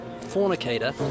fornicator